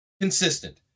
consistent